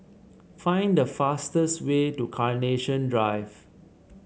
find the fastest way to Carnation Drive